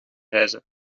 reizen